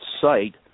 site